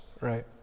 right